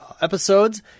episodes